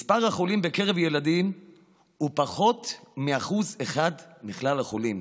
מספר החולים בקרב ילדים הוא פחות מ-1% מכלל החולים,